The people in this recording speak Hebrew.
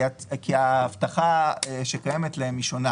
כי ההבטחה שקיימת לו היא שונה